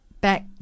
back